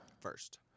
first